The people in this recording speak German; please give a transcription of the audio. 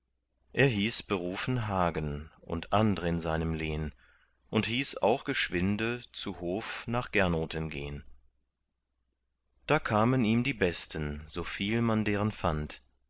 er hieß berufen hagen und andr in seinem lehn und hieß auch geschwinde zu hof nach gernoten gehn da kamen ihm die besten so viel man deren fand